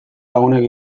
lagunek